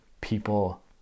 people